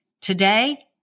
Today